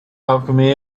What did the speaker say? alchemy